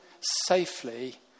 safely